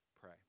pray